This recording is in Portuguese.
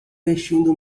vestindo